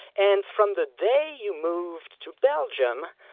and from the day you moved to belgium,